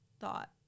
thought